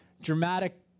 dramatic